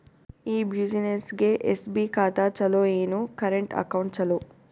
ಈ ಬ್ಯುಸಿನೆಸ್ಗೆ ಎಸ್.ಬಿ ಖಾತ ಚಲೋ ಏನು, ಕರೆಂಟ್ ಅಕೌಂಟ್ ಚಲೋ?